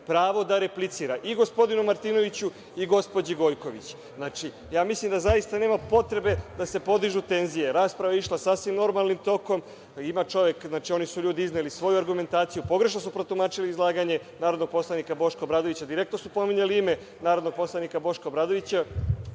pravo da replicira i gospodinu Martinoviću i gospođi Gojković. Mislim da zaista nema potrebe da se podižu tenzije. Rasprava je išla sasvim normalnim tokom. Znači, oni su, ljudi, izneli svoju argumentaciju, pogrešno su protumačili izlaganje narodnog poslanika Boška Obradovića, direktno su pominjali ime narodnog poslanika Boška Obradovića.